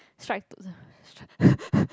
strike to